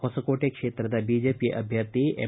ಹೊಸಕೋಟೆ ಕ್ಷೇತ್ರದ ಬಿಜೆಪಿ ಅಭ್ಯರ್ಥಿ ಎಂ